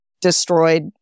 destroyed